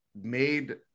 made